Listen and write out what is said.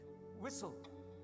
whistle